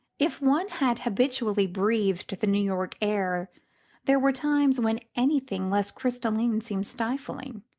if one had habitually breathed the new york air there were times when anything less crystalline seemed stifling.